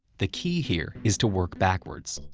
the key here is to work backwards.